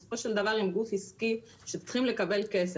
בסופו של דבר הם גוף עסקי שצריכים לקבל כסף.